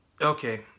Okay